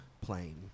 plane